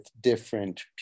different